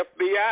FBI